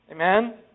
Amen